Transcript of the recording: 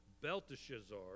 Belteshazzar